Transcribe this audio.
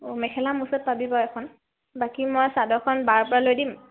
অঁ মেখেলা মোৰ ওচৰত পাবি বাৰু এখন বাকী মই চাদৰখন বাৰ পৰা লৈ দিম